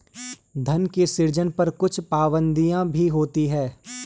धन के सृजन पर कुछ पाबंदियाँ भी होती हैं